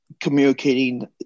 communicating